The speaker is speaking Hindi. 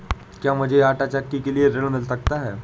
क्या मूझे आंटा चक्की के लिए ऋण मिल सकता है?